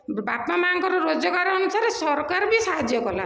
ବାପା ମା' ଙ୍କର ରୋଜଗାର ଅନୁସାରେ ସରକାର ବି ସାହାଯ୍ୟ କଲା